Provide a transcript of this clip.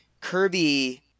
Kirby